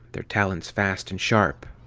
their talons fast and sharp.